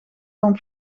van